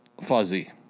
fuzzy